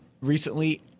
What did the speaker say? recently